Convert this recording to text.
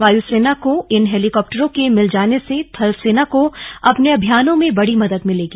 वायुसेना को इन हेलीकॉप्टरों के मिल जाने से थलसेना को अपने अभियानों में बड़ी मदद मिलेगी